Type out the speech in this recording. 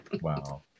Wow